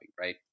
right